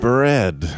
Bread